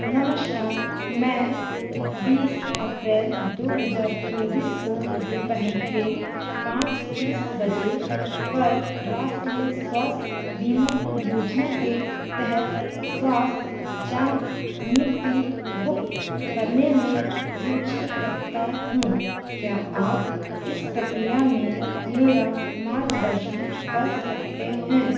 नमस्कार मैं बीस अप्रैल दो हज़ार चौबीस को दोपहर के पाँच तीस बजे पर राष्ट्रीय स्वास्थ्य बीमा योजना के तहत स्वास्थ्य जाँच नियुक्ति बुक करने में रुचि रखता हूँ क्या आप इस प्रक्रिया में मेरा मार्गदर्शन कर सकते हैं